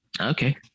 okay